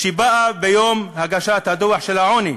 באה ביום של הגשת דוח העוני,